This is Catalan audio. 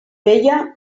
vella